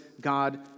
God